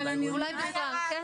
בינתיים,